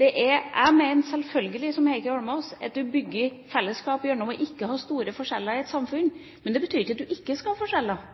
Jeg mener selvfølgelig, som Heikki Holmås, at du bygger fellesskap gjennom å ikke ha store forskjeller i et samfunn, men det betyr ikke at du ikke skal ha forskjeller.